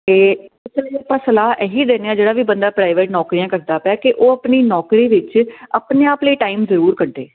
ਤੇ ਆਪਾਂ ਸਲਾਹ ਇਹੀ ਦਿੰਨੇ ਆ ਜਿਹੜਾ ਵੀ ਬੰਦਾ ਪ੍ਰਾਈਵੇਟ ਨੌਕਰੀਆਂ ਕਰਦਾ ਪਿਆ ਕਿ ਉਹ ਆਪਣੀ ਨੌਕਰੀ ਵਿੱਚ ਆਪਣੇ ਆਪ ਲਈ ਟਾਈਮ ਜਰੂਰ ਕੱਢੇ